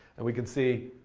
and we can see,